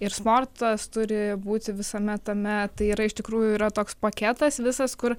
ir sportas turi būti visame tame tai yra iš tikrųjų yra toks paketas visas kur